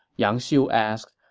yang xiu asked,